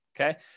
okay